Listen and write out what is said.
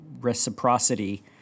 reciprocity